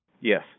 Yes